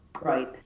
Right